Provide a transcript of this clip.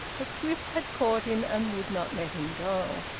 but swift had caught him and would not let him go.